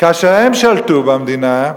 כאשר הם שלטו במדינה,